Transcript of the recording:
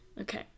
Okay